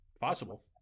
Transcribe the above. possible